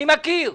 אני מכיר.